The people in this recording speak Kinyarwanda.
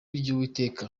ry’uwiteka